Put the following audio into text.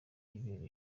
y’ibere